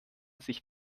sich